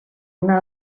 una